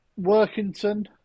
Workington